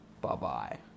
Bye-bye